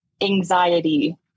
anxiety